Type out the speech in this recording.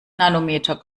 nanometer